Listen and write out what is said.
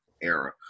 era